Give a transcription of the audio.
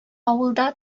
авылда